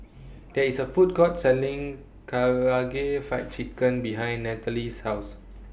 There IS A Food Court Selling Karaage Fried Chicken behind Nathaly's House